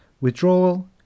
Withdrawal